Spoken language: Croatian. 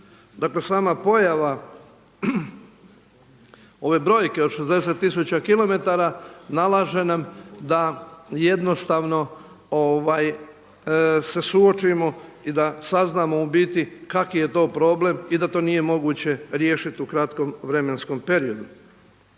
sama pojava ove brojke od 60 tisuća kilometara nalaže nam da jednostavno se suočimo i da saznamo u biti kakav je to problem i da to nije moguće riješiti u kratkom vremenskom periodu.